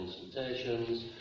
consultations